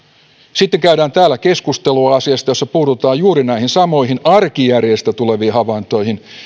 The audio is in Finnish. sitten täällä käydään asiasta keskustelua jossa puututaan juuri näihin samoihin arkijärjestä tuleviin havaintoihin